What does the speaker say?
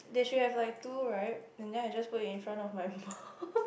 there should have like two right and then I just put in front of my mouth